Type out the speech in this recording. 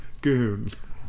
Goons